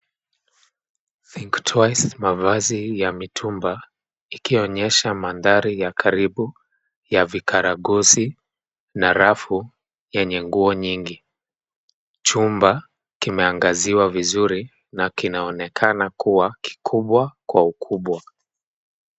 Think Twice mavazi ya mitumba ikionyesha mandari ya karibu ya vikaragosi na rafu yenye nguo nyingi chumba kimeangaziwa vizuri na kinaonekana kuwa kikubwa kwa ukubwa